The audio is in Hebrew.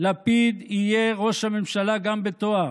לפיד יהיה ראש הממשלה גם בתואר,